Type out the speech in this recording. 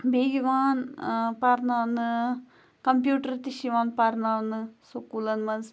بیٚیہِ یِوان پَرناونہٕ کَمپیوٗٹَر تہِ چھِ یِوان پَرناونہٕ سکوٗلَن منٛز